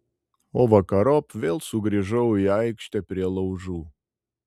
o vakarop vėl sugrįžau į aikštę prie laužų